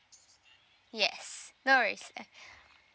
yes no worries